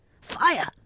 fire